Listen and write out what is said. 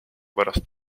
pärast